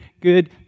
good